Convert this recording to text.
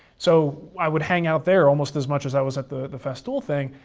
so i would hang out there almost as much as i was at the the festool thing,